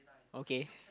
okay